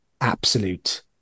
absolute